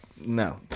no